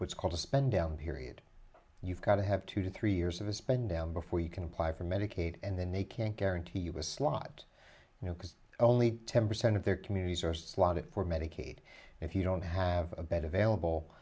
what's called a spend down period you've got to have two to three years of the spend down before you can apply for medicaid and then they can't guarantee you a slot you know because only ten percent of their communities are slotted for medicaid if you don't have a b